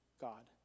God